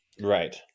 Right